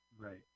Right